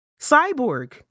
Cyborg